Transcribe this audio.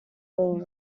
all